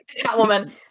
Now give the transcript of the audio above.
Catwoman